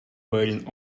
wearing